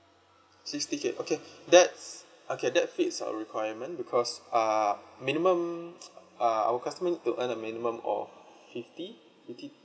sixty K okay that's okay that fits our requirement because err minimum uh our customer need to earn a minimum of fifty fifty